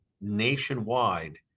nationwide